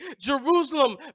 Jerusalem